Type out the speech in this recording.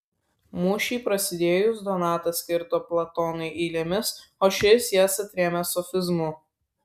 mūšiui prasidėjus donatas kirto platonui eilėmis o šis jas atrėmė sofizmu